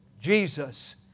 Jesus